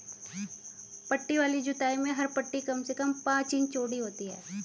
पट्टी वाली जुताई में हर पट्टी कम से कम पांच इंच चौड़ी होती है